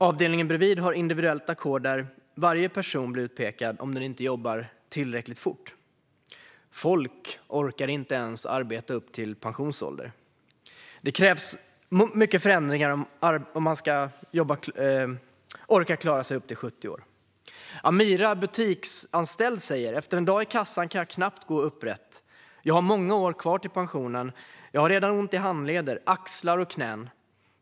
Avdelningen bredvid har individuellt ackord där varje person blir utpekad om den inte jobbar tillräckligt fort. Folk orkar inte ens arbeta till pensionsåldern. Det krävs mycket förändringar om människor ska klara sig fram till 70 år. Amirah, butiksanställd, säger: Efter en dag i kassan kan jag knappt gå upprätt. Jag har många år kvar till pensionen och har redan ont i handleder, axlar och knän.